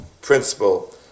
principle